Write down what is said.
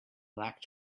black